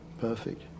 Perfect